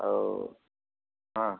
और हाँ